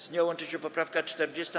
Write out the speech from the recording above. Z nią łączy się poprawka 40.